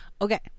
Okay